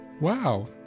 Wow